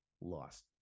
lost